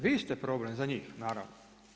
Vi ste problem za njih naravno.